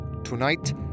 Tonight